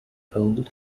poll